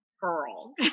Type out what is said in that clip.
girl